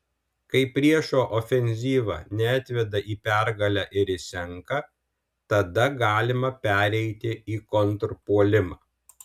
kai priešo ofenzyva neatveda į pergalę ir išsenka tada galima pereiti į kontrpuolimą